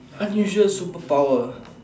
unusual superpower